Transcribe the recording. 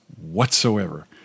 whatsoever